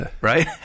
right